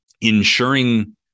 ensuring